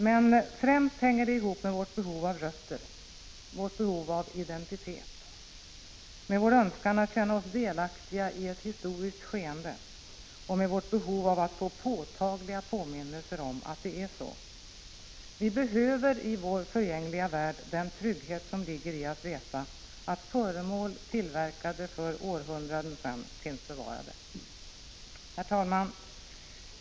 Men främst hänger det ihop med vårt behov av rötter, av identitet, med vår önskan att känna oss delaktiga i ett historiskt skeende och med vårt behov av att få påtagliga påminnelser om att det är så. I vår förgängliga värld behöver vi den trygghet som ligger i att veta att föremål tillverkade för århundraden sedan finns bevarade. Herr talman!